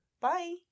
Bye